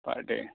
per day